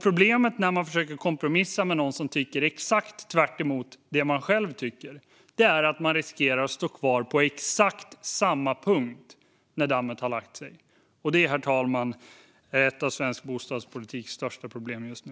Problemet när man försöker kompromissa med någon som tycker exakt tvärtemot det man själv tycker är att man riskerar att stå kvar på exakt samma punkt när dammet har lagt sig. Detta, herr talman, är ett av svensk bostadspolitiks största problem just nu.